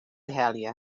helje